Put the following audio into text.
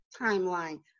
timeline